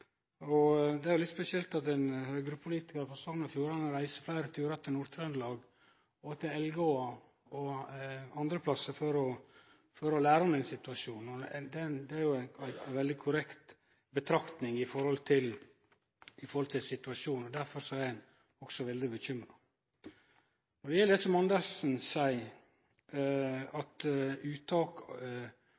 Det er litt spesielt at ein Høgre-politikar frå Sogn og Fjordane reiser fleire turar til Nord-Trøndelag og til Elgå og andre plassar for å lære om denne situasjonen. Og det er ei veldig korrekt betraktning med omsyn til situasjonen. Derfor er eg også veldig bekymra. Når det gjeld det som representanten Andersen seier om dei rovdyra som det blir gjort vedtak om uttak